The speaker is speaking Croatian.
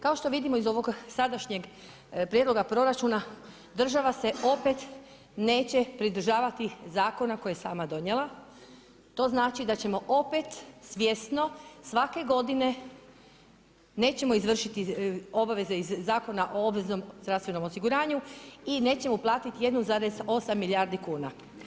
Kao što vidimo iz ovog sadašnjeg prijedloga proračuna država se opet neće pridržavati zakona koje je sama donijela, to znači da ćemo opet svjesno svake godine nećemo izvršiti obveze iz Zakona o obveznom zdravstvenom osiguranju i nećemo uplatiti 1,8 milijardi kuna.